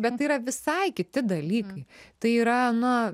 bet tai yra visai kiti dalykai tai yra na